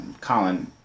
Colin